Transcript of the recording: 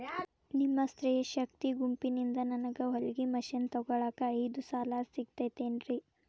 ನಿಮ್ಮ ಸ್ತ್ರೇ ಶಕ್ತಿ ಗುಂಪಿನಿಂದ ನನಗ ಹೊಲಗಿ ಮಷೇನ್ ತೊಗೋಳಾಕ್ ಐದು ಸಾಲ ಸಿಗತೈತೇನ್ರಿ?